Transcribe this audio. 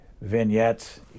vignettes